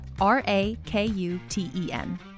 R-A-K-U-T-E-N